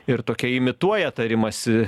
ir tokia imituoja tarimąsi